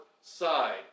side